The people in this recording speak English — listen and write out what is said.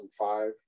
2005